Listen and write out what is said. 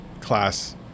class